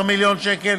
כ-15 מיליון שקל,